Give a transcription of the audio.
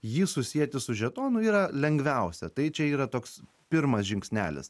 jį susieti su žetonu yra lengviausia tai čia yra toks pirmas žingsnelis